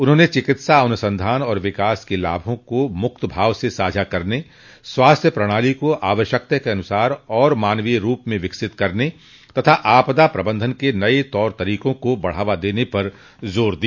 उन्होंने चिकित्सा अनुसंधान और विकास के लाभों को मुक्तभाव से साझा करने स्वास्थ्य प्रणाली को आवश्यकता के अनुसार और मानवीय रूप में विकसित करने तथा आपदा प्रबंधन के नये तौर तरीकों को बढ़ावा देने पर जोर दिया